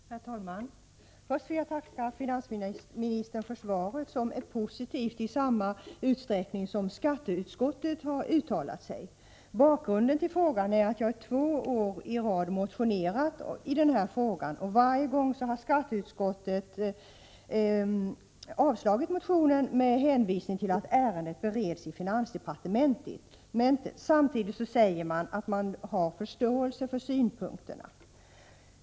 Herr talman! Först vill jag tacka finansministern för svaret, som är positivt i samma utsträckning som skatteutskottets uttalanden varit det. Bakgrunden till frågan är att jag två år i rad motionerat i denna fråga. Båda gångerna har skatteutskottet avstyrkt motionerna med hänvisning till att ärendet bereds i finansdepartementet. Samtidigt säger man att man har förståelse för synpunkterna.